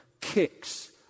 kicks